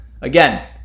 again